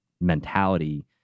mentality